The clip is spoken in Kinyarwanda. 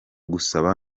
gusaba